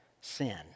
sin